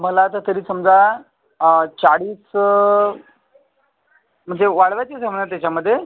मला आता तरी समजा चाळीस म्हणजे वाढवायचीच आहे म्हणा त्याच्यामध्ये